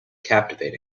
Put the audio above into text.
captivating